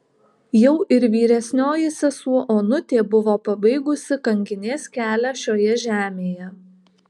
jau ir vyresnioji sesuo onutė buvo pabaigusi kankinės kelią šioje žemėje